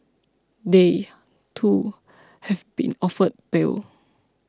they too have been offered bail